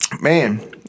man